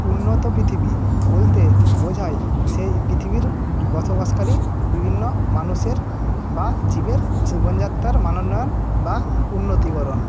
উন্নত পৃথিবী বলতে বোঝায় সেই পৃথিবীর বসবাসকারি বিভিন্ন মানুষের বা জীবের জীবনযাত্রার মান উন্নয়ন বা উন্নতিকরণ